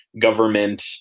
government